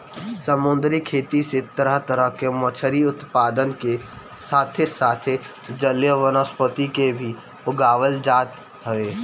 समुंदरी खेती से तरह तरह के मछरी उत्पादन के साथे साथ जलीय वनस्पति के भी उगावल जात हवे